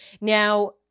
now